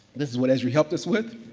this is what esri helped us with.